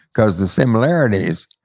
because the similarities.